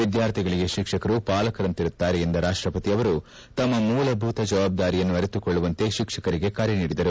ವಿದ್ಯಾರ್ಥಿಗಳಿಗೆ ಶಿಕ್ಷಕರು ಪಾಲಕರಂತಿರುತ್ತಾರೆ ಎಂದ ರಾಷ್ಟಪತಿಯವರು ತಮ್ಮ ಮೂಲಭೂತ ಜವಾಬ್ದಾರಿಗಳನ್ನು ಅರಿತುಕೊಳ್ಳುವಂತೆ ಶಿಕ್ಷಕರಿಗೆ ಕರೆ ನೀಡಿದರು